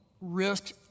risk